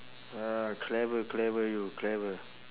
!wah! clever clever you clever